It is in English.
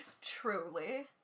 Truly